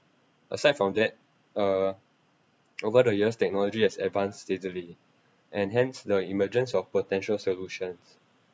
aside from that uh over the years technology has advanced steadily and hence the emergence of potential solutions